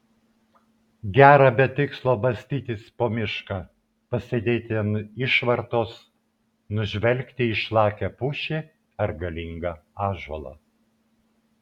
gera be tikslo bastytis po mišką pasėdėti ant išvartos nužvelgti išlakią pušį ar galingą ąžuolą